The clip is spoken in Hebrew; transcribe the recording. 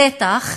בטח,